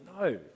no